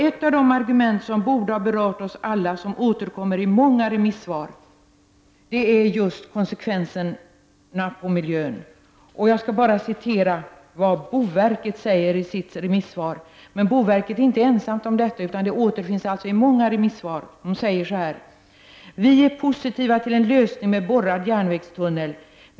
Ett av de argument som borde ha berört oss — och som återkommer i många remissvar — gäller konsekvenserna på miljön. Jag skall referera vad boverket säger i sitt remissvar. Boverket är inte ensamt om detta, utan det återfinns i många remissvar. Boverket säger: Vi är positiva till en lösning med borrad järnvägstunnel.